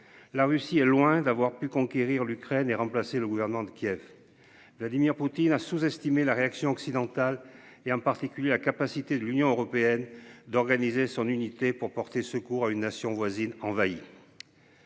La Russie est loin d'avoir pu conquérir l'Ukraine et remplacer le gouvernement de Kiev. Vladimir Poutine a sous-estimé la réaction occidentale et en particulier la capacité de l'Union européenne d'organiser son unité pour porter secours à une nation voisine envahi.